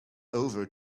over